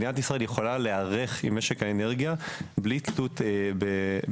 מדינת ישראל יכולה להיערך עם משק האנרגיה ללא תלות בבז"ן.